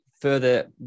further